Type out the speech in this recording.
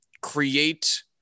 create